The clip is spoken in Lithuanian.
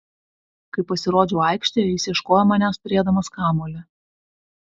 kai pasirodžiau aikštėje jis ieškojo manęs turėdamas kamuolį